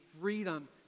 freedom